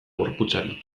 gorputzari